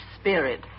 spirit